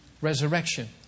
resurrection